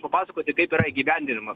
papasakoti kaip yra įgyvendinimas